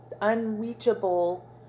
unreachable